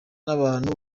n’abantu